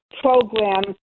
program